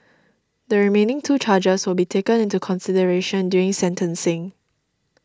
the remaining two charges will be taken into consideration during sentencing